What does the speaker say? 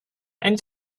and